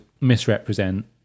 misrepresent